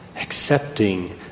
accepting